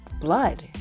blood